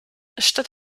statt